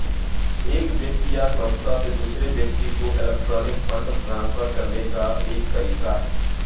एक व्यक्ति या संस्था से दूसरे व्यक्ति को इलेक्ट्रॉनिक फ़ंड ट्रांसफ़र करने का एक तरीका है